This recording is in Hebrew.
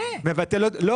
מבטל לו את ההטבה.